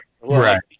right